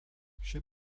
ship